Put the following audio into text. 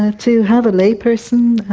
to have a layperson,